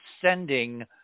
sending